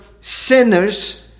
sinners